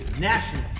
National